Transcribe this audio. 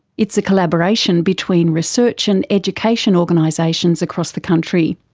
it's a collaboration between research and education organisations across the country.